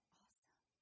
awesome